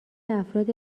افراد